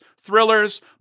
thrillers